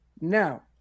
Now